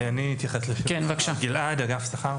אני אתייחס לשימור השכר, גלעד, אגף שכר.